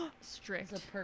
strict